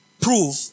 prove